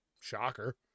Shocker